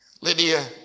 Lydia